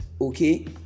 okay